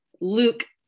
Luke